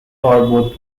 both